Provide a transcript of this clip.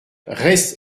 res